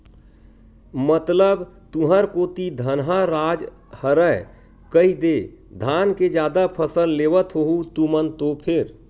मतलब तुंहर कोती धनहा राज हरय कहिदे धाने के जादा फसल लेवत होहू तुमन तो फेर?